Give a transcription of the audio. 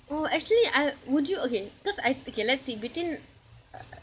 oh actually I would you okay cause I okay let's see between uh